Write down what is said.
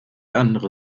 andere